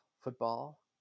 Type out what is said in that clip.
football